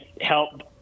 help